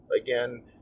Again